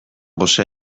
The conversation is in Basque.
gosea